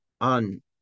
on